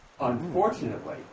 Unfortunately